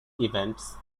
events